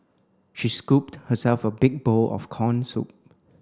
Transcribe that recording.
she scooped herself a big bowl of corn soup